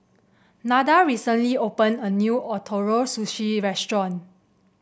Nada recently opened a new Ootoro Sushi Restaurant